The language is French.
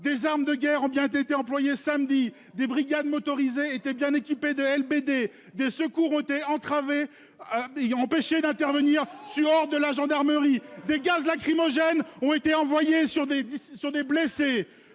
des armes de guerre ont bien été employé samedi des brigades motorisées était bien équipé de LBD. Des secours ont été entravés. Et empêcher d'intervenir sur hors de la gendarmerie des gaz lacrymogènes ont été envoyées sur des sur